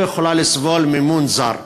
לא יכולה לסבול מימון זר.